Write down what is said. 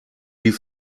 die